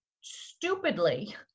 stupidly